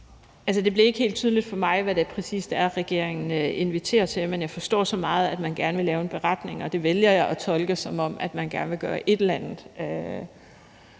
det blev ikke helt tydeligt for mig, hvad det præcis er, regeringen inviterer til, men jeg forstår så meget, at man gerne vil lave en beretning, og det vælger jeg at tolke, som om man gerne vil gøre et eller andet.